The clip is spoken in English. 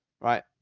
right